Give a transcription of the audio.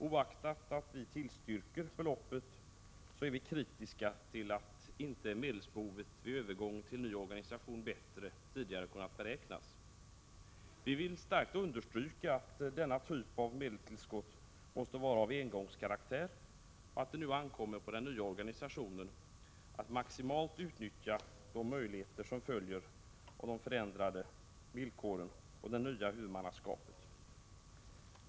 Oaktat att vi tillstyrker beloppet är vi kritiska till att inte medelsbehovet vid övergång till ny organisation bättre än tidigare har kunnat beräknas. Vi vill starkt understryka att denna typ av medelstillskott måste vara av engångskaraktär, och att det nu ankommer på den nya organisationen att maximalt utnyttja de möjligheter som följer av de förändrade villkoren och det nya huvudmannaskapet.